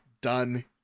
done